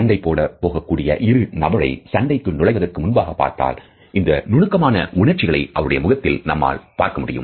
சண்டை போட போகக்கூடிய இரு நபரை சண்டைக்கு நுழைவதற்கு முன்பாக பார்த்தால் இந்த நுணுக்கமான உணர்ச்சிகளை அவருடைய முகத்தில் நம்மால் பார்க்க முடியும்